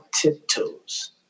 tiptoes